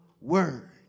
word